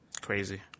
Crazy